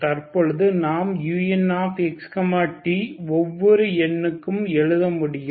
தற்பொழுது நாம் unxt ஒவ்வொரு n க் கும் எழுத முடியும்